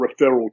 referral